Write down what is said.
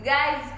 Guys